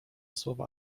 słowa